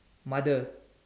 mother